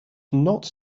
not